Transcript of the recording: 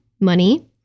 money